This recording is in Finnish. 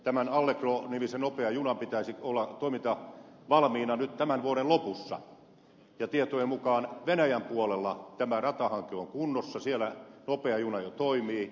tämän allegro nimisen nopean junan pitäisi olla toimintavalmiina nyt tämän vuoden lopussa ja tietojen mukaan venäjän puolella tämä ratahanke on kunnossa siellä nopea juna jo toimii